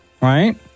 right